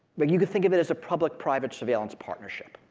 but you could think of it as a public-private surveillance partnership.